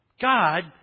God